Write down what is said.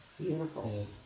Beautiful